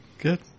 Good